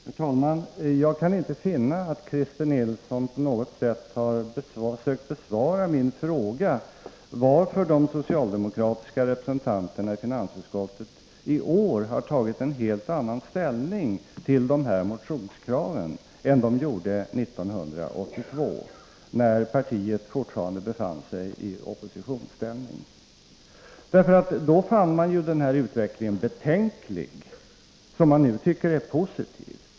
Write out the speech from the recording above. Herr talman! Jag kan inte finna att Christer Nilsson på något sätt har sökt besvara min fråga varför de socialdemokratiska representanterna i finansutskottet i år har tagit en helt annan ställning till de här motionskraven än de gjorde 1982, när partiet fortfarande befann sig i opposition. Den utveckling som de nu tycker är positiv fann de då betänklig.